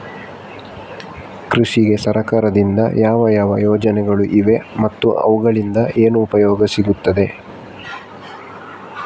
ಕೃಷಿಗೆ ಸರಕಾರದಿಂದ ಯಾವ ಯಾವ ಯೋಜನೆಗಳು ಇವೆ ಮತ್ತು ಅವುಗಳಿಂದ ಏನು ಉಪಯೋಗ ಸಿಗುತ್ತದೆ?